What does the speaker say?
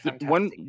One